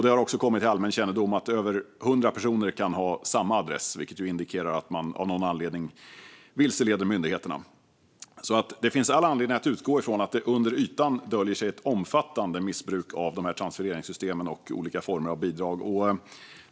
Det har också kommit till allmän kännedom att över hundra personer kan ha samma adress, vilket ju indikerar att man av någon anledning vilseleder myndigheterna. Det finns alltså all anledning att utgå från att det under ytan döljer sig ett omfattande missbruk av transfereringssystemen och olika former av bidrag.